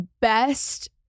best